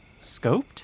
Scoped